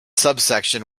subsection